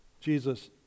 Jesus